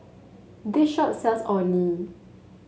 this shop sells Orh Nee